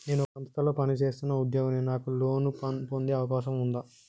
నేను ఒక సంస్థలో పనిచేస్తున్న ఉద్యోగిని నాకు లోను పొందే అవకాశం ఉందా?